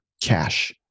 cash